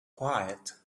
quiet